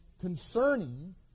concerning